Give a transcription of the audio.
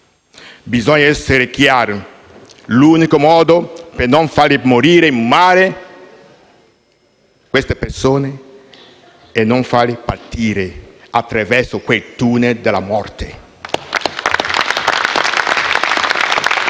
Bisogna essere chiari: l'unico modo per non far morire in mare queste persone è non farli partire attraverso quei tunnel della morte.